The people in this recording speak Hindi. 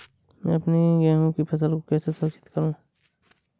मैं अपनी गेहूँ की फसल को कैसे सुरक्षित करूँ?